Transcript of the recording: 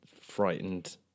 frightened